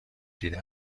دیده